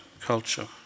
culture